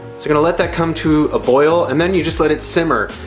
we're gonna let that come to a boil and then you just let it simmer.